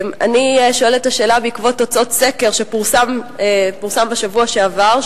אני שואלת את השאלה בעקבות תוצאות סקר שפורסם בשבוע שעבר,